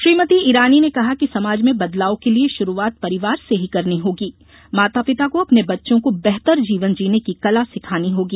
श्रीमती ईरानी ने कहा कि समाज में बदलाव के लिए शुरुआत परिवार से ही करनी होगी माता पिता को अपने बच्चों को बेहतर जीवन जीने की कला सिखानी होगी